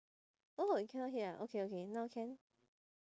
oh you cannot hear ah okay okay now can